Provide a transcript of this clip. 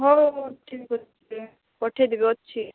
ହଉ ଠିକ୍ ଅଛି ପଠେଇ ଦେବି ଅଛି